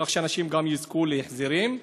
כך שאנשים יזכו להחזרים.